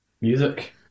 Music